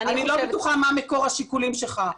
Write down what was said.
אני לא בטוחה מה מקור השיקולים שלך.